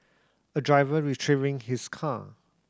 a driver retrieving his car